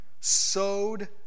sowed